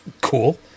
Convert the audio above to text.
cool